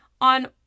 on